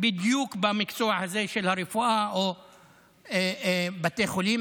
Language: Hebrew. בדיוק במקצוע הזה של הרפואה או בתי החולים,